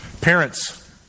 Parents